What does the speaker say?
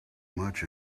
much